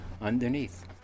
underneath